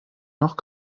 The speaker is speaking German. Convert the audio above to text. noch